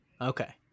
Okay